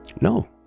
no